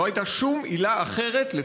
לא הייתה שום עילה אחרת, תודה.